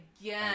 again